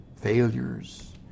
failures